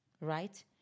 Right